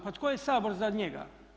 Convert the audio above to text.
Pa tko je Sabor za njega?